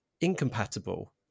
incompatible